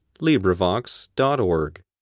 LibriVox.org